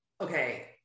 okay